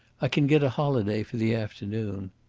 i can get a holiday for the afternoon.